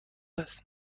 است